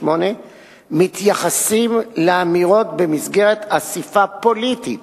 מתייחסים לאמירות במסגרת אספה פוליטית